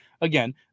Again